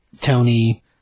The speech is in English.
Tony